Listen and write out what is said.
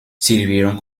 sirvieron